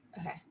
Okay